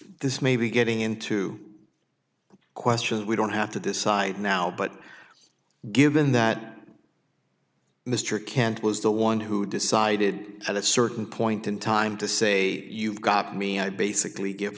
this may be getting into questions we don't have to decide now but given that mr kant was the one who decided at a certain point in time to say you've got me i basically give